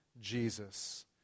Jesus